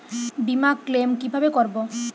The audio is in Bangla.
বিমা ক্লেম কিভাবে করব?